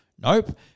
nope